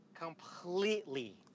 completely